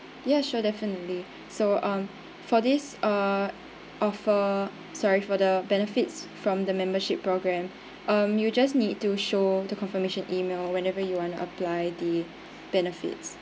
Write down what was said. yeah sure definitely so um for this uh offer sorry for the benefits from the membership program um you just need to show the confirmation email whenever you wanna apply the benefits